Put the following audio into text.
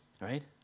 Right